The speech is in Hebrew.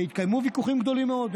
התקיימו ויכוחים גדולים מאוד.